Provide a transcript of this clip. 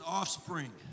Offspring